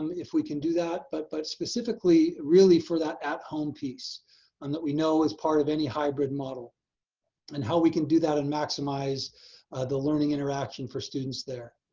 um if we can do that, but but specifically, really for that at home piece and that we know is part of any hybrid model and how we can do that and maximize the learning interaction for students there.